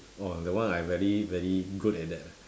orh that one I very very good at that ah